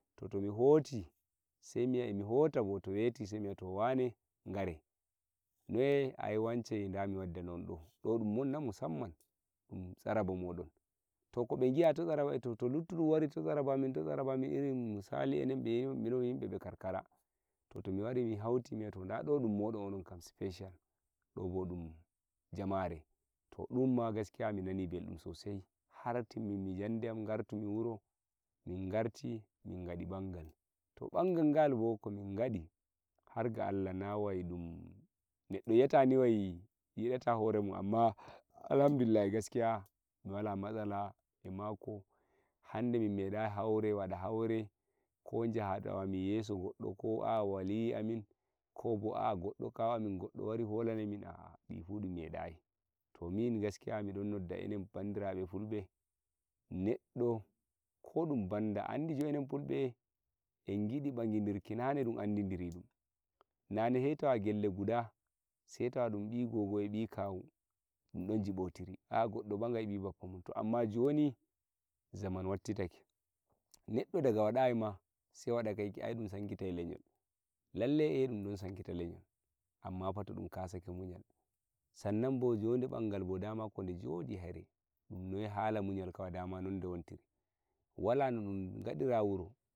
Hoti wodi to weti weli miyi'a wane gere go numman, na musamman to luttudum gari to sterabe to to mi wari mi hauti durmen on speca dun me minani beldum sosai mingarti min gari bangu large Allah yi'ka haramun Alhamdulillah hande min mi dade haure wala de deyi denno ko dunbednda din gidda bogidirki sai tewo dumbi gogo eh mi kawu zamani wattitake eh don sakkinai to ammafa anda bo ni har a wadayi muchel wala no jodiro jam sannan bo hanko bin maji wala tashin hankal to wala haure to non hani stakanin magube.